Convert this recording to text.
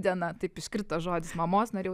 diena taip iškrito žodis mamos norėjau